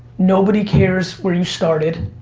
nobody cares where you started,